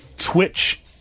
Twitch